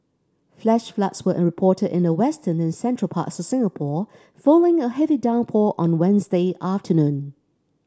flash floods were reported in the western and central parts of Singapore following a heavy downpour on Wednesday afternoon